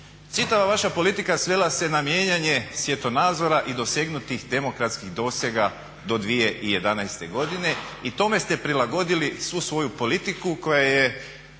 Čitava vaša politika svela se na mijenjanje svjetonazora i dosegnutih demokratskih dosega do 2011.godine i tome ste prilagoditi svu svoju politiku koja je